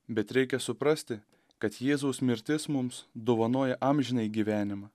bet reikia suprasti kad jėzaus mirtis mums dovanoja amžinąjį gyvenimą